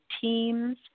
teams